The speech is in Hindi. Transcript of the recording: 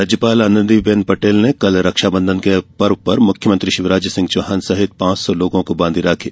राज्यपाल आनंदी पटेल बेन ने कल रक्षाबंधन के पर्व पर मुख्यमंत्री शिवराज सिंह चौहान सहित पांच सौ लोगों को बांधी राखी